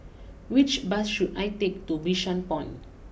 which bus should I take to Bishan Point